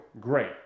great